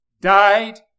died